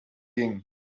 king